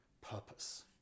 purpose